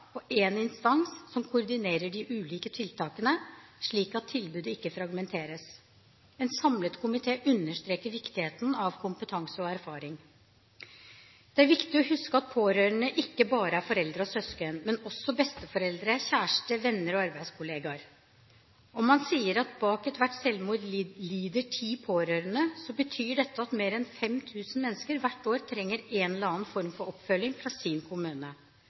og én instans som koordinerer de ulike tiltakene, slik at tilbudet ikke fragmenteres. En samlet komité understreker viktigheten av kompetanse og erfaring. Det er viktig å huske at pårørende ikke bare er foreldre og søsken, men også besteforeldre, kjæreste, venner og arbeidskollegaer. Om man sier at bak ethvert selvmord lider ti pårørende, betyr dette at mer enn 5 000 mennesker hvert år trenger en eller annen form for oppfølging fra sin kommune.